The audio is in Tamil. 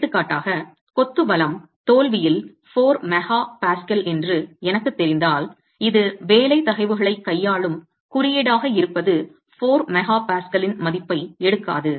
எடுத்துக்காட்டாக கொத்து பலம் தோல்வியில் 4 MPa என்று எனக்குத் தெரிந்தால் இது வேலை தகைவுகளைக் கையாளும் குறியீடாக இருப்பது 4 MPa இன் மதிப்பை எடுக்காது